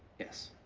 yes.